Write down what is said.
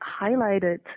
highlighted